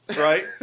right